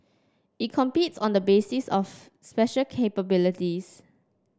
it competes on the basis of special capabilities